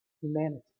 humanity